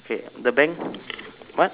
K the bank what